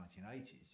1980s